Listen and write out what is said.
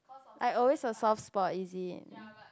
like always your soft spot is it